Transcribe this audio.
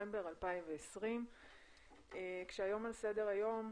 בנובמבר 2020. על סדר-היום: